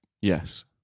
Yes